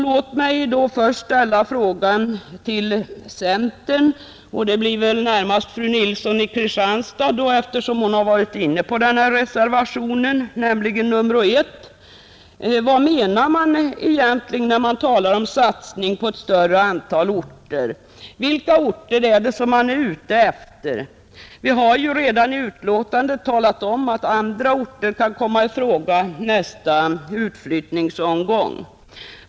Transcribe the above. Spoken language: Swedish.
Låt mig då först ställa frågan till centern — närmast till fru Nilsson i Kristianstad, eftersom hon har varit inne på reservationen 1: Vad menar man egentligen när man talar om satsning på ett större antal orter? Vilka orter är man ute efter? Vi har ju redan i utlåtandet talat om att andra orter kan komma i fråga i nästa utflyttningsomgång.